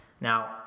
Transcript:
Now